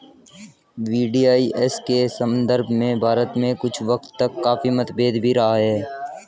VDIS के संदर्भ में भारत में कुछ वक्त तक काफी मतभेद भी रहा है